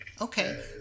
Okay